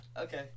Okay